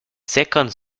second